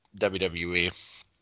WWE